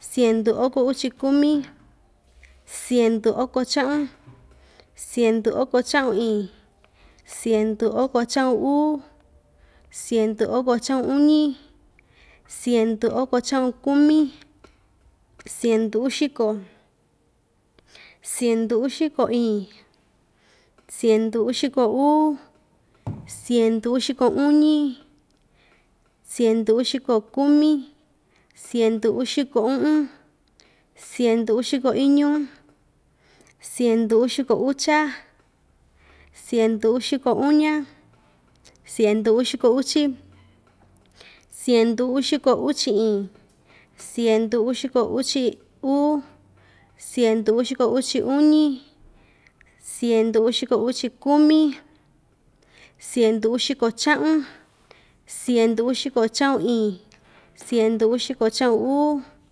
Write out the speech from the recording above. siendu oko uchi kumi, siendu oko cha'un, siendu oko cha'un iin, siendu oko cha'un uu, siendu oko cha'un uñi, siendu oko cha'un kumi, siendu uxiko, siendu uxiko iin, siendu uxiko uu, siendu uxiko uñi, siendu uxiko kumi, siendu uxiko u'un, siendu uxiko iñu, siendu uxiko ucha, siendu uxiko uña, siendu uxiko uchi, siendu uxiko uchi iin, siendu uxiko uchi uu, siendu uxiko uchi uñi, siendu uxiko uchi kumi, siendu uxiko cha'un, siendu uxiko cha'un iin, siendu uxiko cha'un uu.